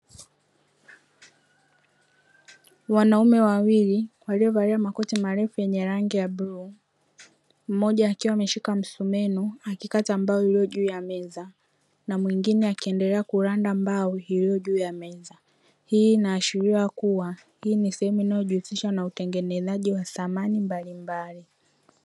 Wanaume wawili wliovalia makoti marefu yenye rangi ya bluu, mmoja akiwa ameshika msumeno akikata mbao iliyopo juu ya meza, na mwingine akiendelea kuranda mbao iliyo juu ya meza. Hii inaashiria kuwa hii ni sehemu inayojihusisha na utengenezaji wa samani mbalimbali.